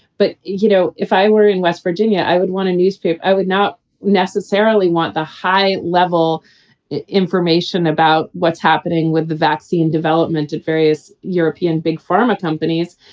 but, you know, if i were in west virginia, i would want a newspaper i would not necessarily want the high level information about what's happening with the vaccine development and various european big pharma companies.